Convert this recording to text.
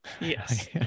Yes